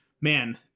man-